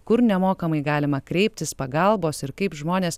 kur nemokamai galima kreiptis pagalbos ir kaip žmonės